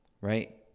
Right